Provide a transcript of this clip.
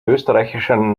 österreichischen